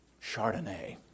chardonnay